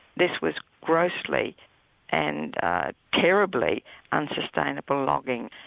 this was grossly and terribly unsustainable logging.